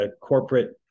corporate